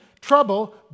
trouble